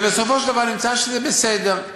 ובסופו של דבר נמצא שזה בסדר.